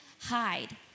hide